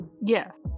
Yes